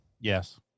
Yes